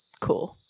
cool